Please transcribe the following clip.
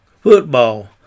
football